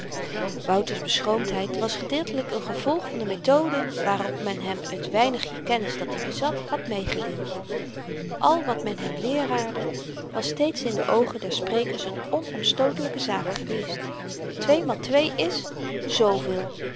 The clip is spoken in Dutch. wouters beschroomdheid was gedeeltelyk n gevolg van de methode waarop men hem t weinigje kennis dat-i bezat had meegedeeld al wat men hem leeraarde was steeds in de oogen der sprekers n onomstootelyke zaak geweest tweemaal twee is z veel